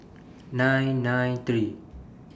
nine nine three